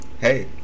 Hey